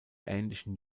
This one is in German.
ähnlichen